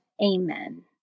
Amen